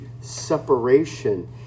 separation